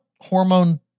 hormone